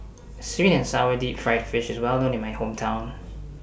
Sweet and Sour Deep Fried Fish IS Well known in My Hometown